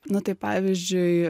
nu tai pavyzdžiui